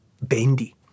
bendy